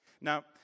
Now